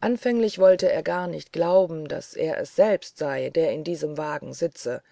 anfänglich wollte er gar nicht glauben daß er es selbst sei der in diesem wagen sitze